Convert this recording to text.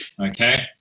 okay